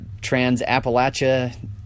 Trans-Appalachia